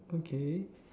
okay